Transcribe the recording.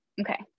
Okay